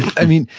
i mean,